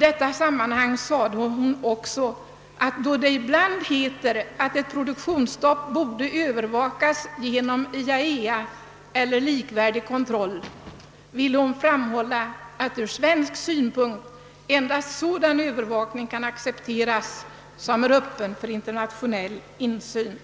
Det säges vidare i pressmeddelandet: »Då det ibland heter att ett produktionsstopp borde övervakas genom IAEA eller likvärdig” kontroll, ville ambassadör Myrdal framhålla att ur svensk synpunkt endast sådan övervakning kan accepteras som är öppen för internationell insyn.»